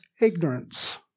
ignorance